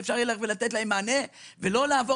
שאפשר יהיה לתת להם מענה בלי לעבור